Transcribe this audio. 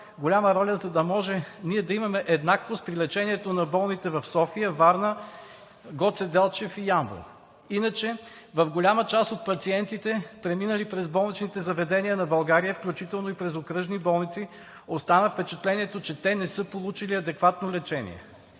голяма роля, за да може ние да имаме еднаквост при лечението на болните в София, Варна, Гоце Делчев и Ямбол. Иначе в голяма част от пациентите, преминали през болничните заведения на България, включително и през окръжни болници, остава впечатлението, че те не са получили адекватно лечение,